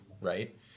right